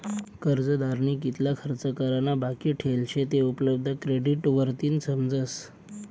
कर्जदारनी कितला खर्च करा ना बाकी ठेल शे ते उपलब्ध क्रेडिट वरतीन समजस